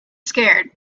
scared